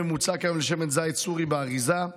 מחיר ממוצע כיום לשמן זית סורי באריזה.